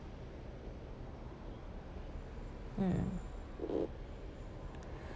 mm